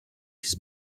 his